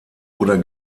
oder